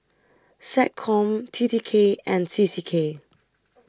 Seccom T T K and C C K